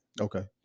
okay